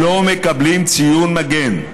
לא מקבלים ציון מגן.